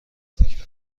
تکبر